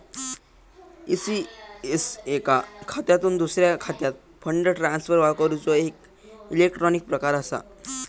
ECS एका खात्यातुन दुसऱ्या खात्यात फंड ट्रांसफर करूचो एक इलेक्ट्रॉनिक प्रकार असा